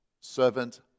Servant